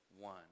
one